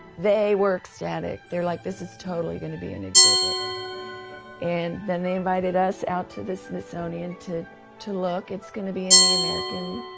they were ecstatic. they're like, this is totally going to be an exhibit and then they invited us out to the smithsonian, to to look, it's going to be in the american,